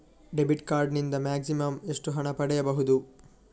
Debit card ನಿಂದ maximum ಎಷ್ಟು ಹಣ ಪಡೆಯಬಹುದು?